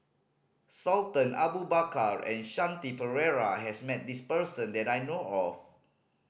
Sultan Abu Bakar and Shanti Pereira has met this person that I know of